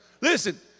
Listen